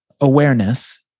awareness